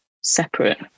separate